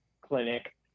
clinic